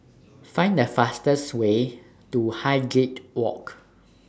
Find The fastest Way to Highgate Walk